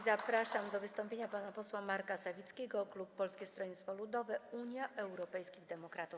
Zapraszam do wystąpienia pana posła Marka Sawickiego, klub Polskiego Stronnictwa Ludowego - Unii Europejskich Demokratów.